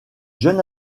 jeune